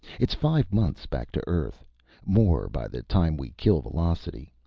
it's five months back to earth more, by the time we kill velocity.